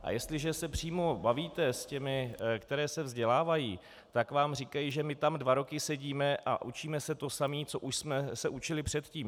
A jestliže se přímo bavíte s těmi, které se vzdělávají, tak vám říkají: my tam dva roky sedíme a učíme se to samý, co už jsme se učili předtím...